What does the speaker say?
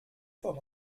vom